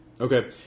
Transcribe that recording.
Okay